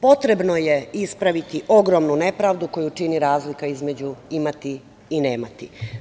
Potrebno je ispraviti ogromnu nepravdu koju čini razlika između imati i nemati.